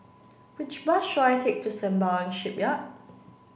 which bus should I take to Sembawang Shipyard